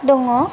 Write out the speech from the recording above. दङ